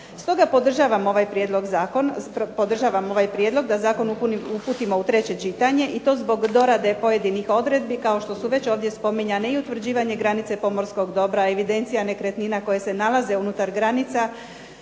Stoga podržavam ovaj prijedlog da zakon uputimo u treće čitanje i to zbog dorade pojedinih odredbi kao što ovdje već spominjani i utvrđivanje granice pomorskog dobra, evidencija nekretnina koja se nalaze unutar granica,